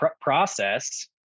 process